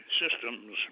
systems